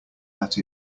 that